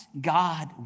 God